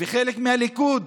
וחלק מהליכוד